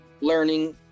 learning